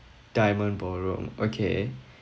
diamond ballroom okay